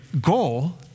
goal